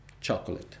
chocolate